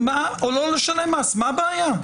מה הבעיה?